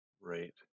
Right